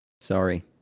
sorry